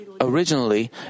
Originally